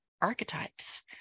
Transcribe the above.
archetypes